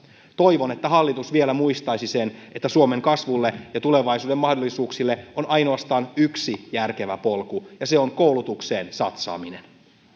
toivon että hallitus vielä muistaisi sen että suomen kasvulle ja tulevaisuuden mahdollisuuksille on ainoastaan yksi järkevä polku ja se on koulutukseen satsaaminen